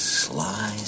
sly